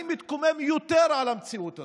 אני מתקומם יותר על המציאות הזאת.